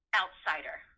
outsider